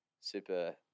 super